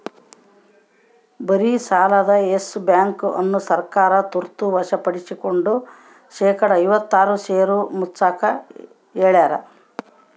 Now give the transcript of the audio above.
ಭಾರಿಸಾಲದ Yes Bank ಅನ್ನು ಸರ್ಕಾರ ತುರ್ತ ವಶಪಡಿಸ್ಕೆಂಡು ಶೇಕಡಾ ಐವತ್ತಾರು ಷೇರು ಮುಚ್ಚಾಕ ಹೇಳ್ಯಾರ